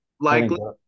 likely